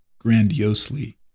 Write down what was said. grandiosely